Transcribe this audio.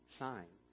sign